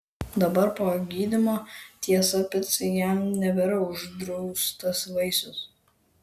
dabar po gydymo tiesa pica jam nebėra uždraustas vaisius